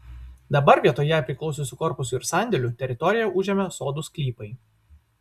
dabar vietoj jai priklausiusių korpusų ir sandėlių teritoriją užėmė sodų sklypai